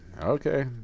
okay